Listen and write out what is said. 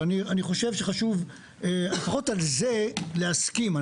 ואני חושב שחשוב, לפחות על זה להסכים.